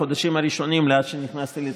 בחודשים האחרונים מאז שנכנסתי לתפקיד,